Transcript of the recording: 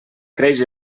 creix